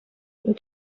you